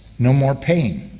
no more pain.